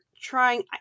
trying